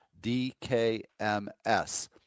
DKMS